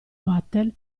vatel